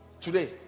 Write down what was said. Today